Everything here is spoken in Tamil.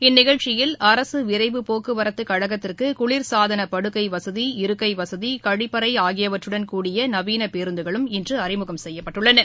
இந்நிகழ்ச்சியில் அரசு விரைவு போக்குவரத்துக்கழகத்திற்கு குளிர்சாதன படுக்கை வசதி இருக்கை வசதி கழிப்பறை ஆகியவற்றுடன் கூடிய நவீன பேருந்துகளும் இன்று அறிமுகம் செய்யப்பட்டுள்ளன